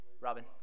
Robin